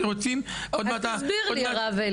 אז תסביר לי הרב אלי.